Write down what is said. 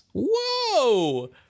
Whoa